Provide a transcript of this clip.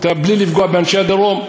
בלי לפגוע באנשי הדרום,